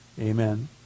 amen